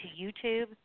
YouTube